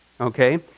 Okay